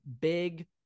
big